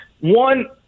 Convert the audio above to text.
One